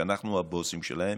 שאנחנו הבוסים שלהם,